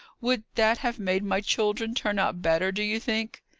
would that have made my children turn out better, do you think?